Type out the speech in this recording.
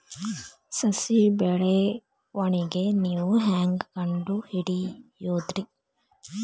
ಸಸಿ ಬೆಳವಣಿಗೆ ನೇವು ಹ್ಯಾಂಗ ಕಂಡುಹಿಡಿಯೋದರಿ?